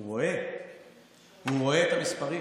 הוא רואה את המספרים,